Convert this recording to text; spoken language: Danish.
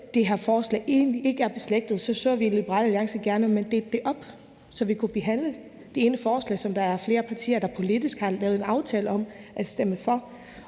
at det her forslag egentlig ikke er beslægtet, så vi i Liberal Alliance gerne, at man delte det op, så vi særskilt kunne behandle det ene forslag, som der er flere partier der politisk har lavet en aftale om at stemme for,